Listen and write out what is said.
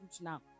now